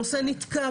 הנושא נתקע,